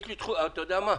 אתה יודע מה,